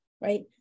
right